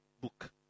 book